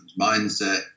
mindset